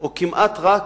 או כמעט רק,